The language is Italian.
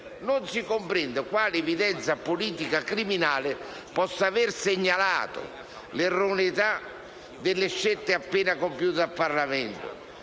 non si comprende quale evidenza politica criminale possa aver segnalato l'erroneità delle scelte appena compiute dal Parlamento,